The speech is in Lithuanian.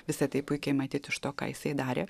visa tai puikiai matyt iš to ką jisai darė